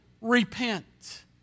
Repent